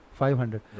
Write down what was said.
500